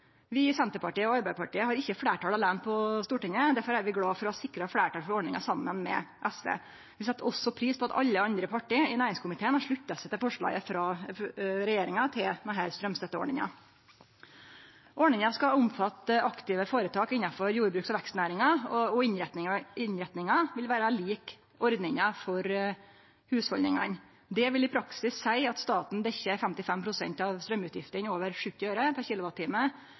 Vi i Senterpartiet og Arbeidarpartiet har ikkje fleirtal aleine på Stortinget. Derfor er vi glade for å ha sikra fleirtal for ordninga saman med SV. Vi set også pris på at alle dei andre partia i næringskomiteen har slutta seg til forslaget frå regjeringa til denne straumstøtteordninga. Ordninga skal omfatte aktive føretak innanfor jordbruks- og vekstnæringa, og innretninga vil vere lik ordninga for hushalda. Det vil i praksis seie at staten dekkjer 55 pst. av straumutgiftene over 70 øre per